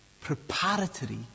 preparatory